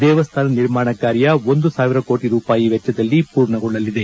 ದೇವಸ್ಥಾನ ನಿರ್ಮಾಣ ಕಾರ್ಯ ಒಂದು ಸಾವಿರ ಕೋಟಿ ರೂಪಾಯಿ ವೆಚ್ಚದಲ್ಲಿ ಪೂರ್ಣಗೊಳ್ಳಲಿದೆ